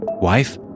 Wife